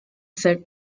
set